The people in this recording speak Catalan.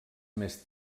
més